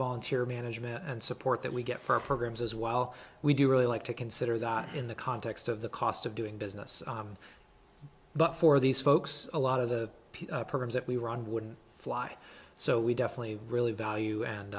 volunteer management and support that we get for programs as well we do really like to consider that in the context of the cost of doing business but for these folks a lot of the programs that we were on wouldn't fly so we definitely really value and